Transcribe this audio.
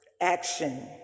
Action